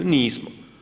Nismo.